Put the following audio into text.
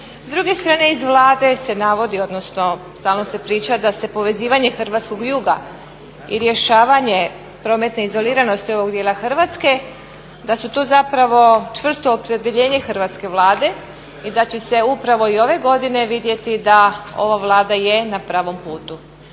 S druge strane, iz Vlade se navodi odnosno stalno se priča da se povezivanje hrvatskog juga i rješavanje prometne izoliranosti ovog dijela Hrvatske, da su to zapravo čvrsto opredjeljenje hrvatske Vlade i da će se upravo i ove godine vidjeti da ova Vlada je na pravom putu.